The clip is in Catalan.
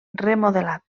remodelat